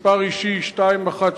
מספר אישי 2126300,